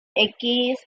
ägäis